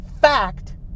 fact